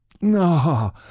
no